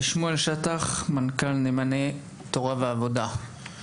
שמואל שטח, מנכ״ל נאמני תורה ועבודה, בבקשה.